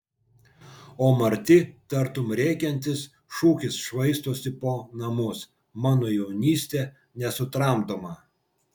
o marti tartum rėkiantis šūkis švaistosi po namus mano jaunystė nesutramdoma